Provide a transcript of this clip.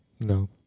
no